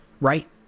right